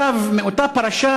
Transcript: מאותה פרשה,